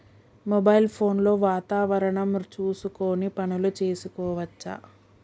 Mobile phone లో వాతావరణం చూసుకొని పనులు చేసుకోవచ్చా?